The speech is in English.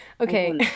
okay